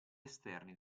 esterni